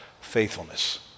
faithfulness